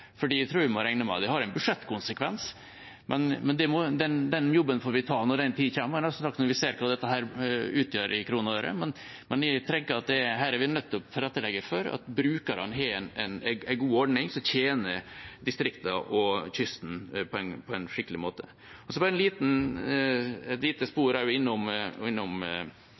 jeg tror vi må regne med at det har en budsjettkonsekvens. Den jobben får vi ta når den tid kommer – jeg hadde nesten sagt: når vi ser hva dette utgjør i kroner og øre. Men jeg tenker at her er vi nødt til å tilrettelegge for at brukerne har en god ordning som tjener distriktene og kysten på en skikkelig måte. Bare et lite spor også innom